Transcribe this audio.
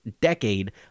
decade